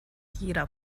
jeder